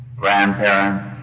grandparents